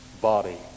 body